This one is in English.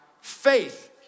faith